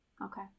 Okay